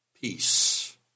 peace